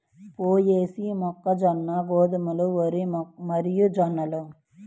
పొయేసీ, మొక్కజొన్న, గోధుమలు, వరి మరియుజొన్నలు